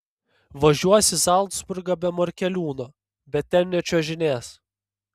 važiuos į zalcburgą be morkeliūno bet ten nečiuožinės